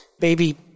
Baby